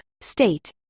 state